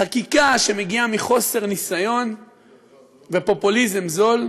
חקיקה שמגיעה מחוסר ניסיון ופופוליזם זול,